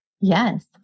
Yes